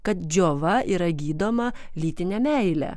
kad džiova yra gydoma lytine meile